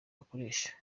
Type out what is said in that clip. akoresha